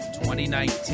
2019